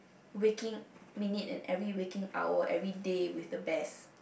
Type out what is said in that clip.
weeking minute and every weeking hour everyday with the best